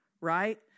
right